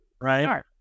right